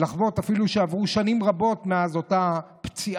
אפילו שעברו שנים רבות מאז הפציעה.